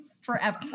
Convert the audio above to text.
Forever